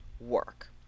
work